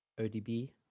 ODB